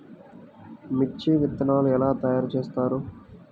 మిర్చి విత్తనాలు ఎలా తయారు చేస్తారు?